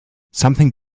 something